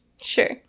Sure